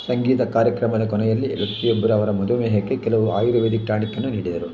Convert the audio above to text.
ಸಂಗೀತ ಕಾರ್ಯಕ್ರಮದ ಕೊನೆಯಲ್ಲಿ ವ್ಯಕ್ತಿಯೊಬ್ಬರು ಅವರ ಮಧುಮೇಹಕ್ಕೆ ಕೆಲವು ಆಯುರ್ವೇದಿಕ್ ಟಾನಿಕನ್ನು ನೀಡಿದರು